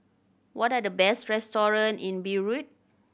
what are the best restaurant in Beirut